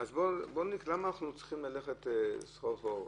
למה צריכים ללכת סחור-סחור.